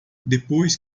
depois